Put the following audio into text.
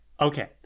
Okay